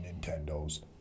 Nintendo's